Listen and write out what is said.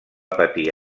patir